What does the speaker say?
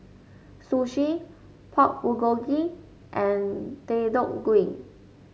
Sushi Pork Bulgogi and Deodeok Gui